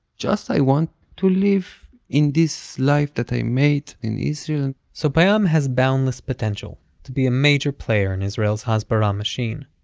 just i want to live in this life that i made in israel so payam has boundless potential to be a major player in israel's hasbara machine.